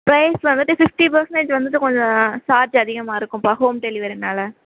price வந்துட்டு fifty percentage வந்துட்டு கொஞ்சம் சார்ஜ் அதிகமாக இருக்கும்பா ஹோம் டெலிவெரின்னால்